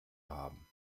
haben